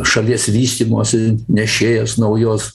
šalies vystymosi nešėjas naujos